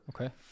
Okay